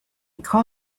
car